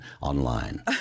online